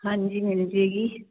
ਹਾਂਜੀ ਮਿਲ ਜਾਏਗੀ